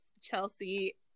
Chelsea